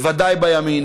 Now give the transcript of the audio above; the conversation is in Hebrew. בוודאי בימין,